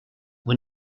vous